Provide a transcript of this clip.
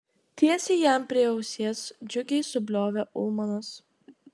tiesiai jam prie ausies džiugiai subliovė ulmanas